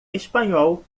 espanhol